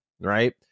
Right